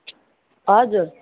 हजुर